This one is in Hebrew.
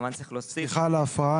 כמובן צריך להוסיף --- סליחה על ההפרעה.